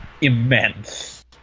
immense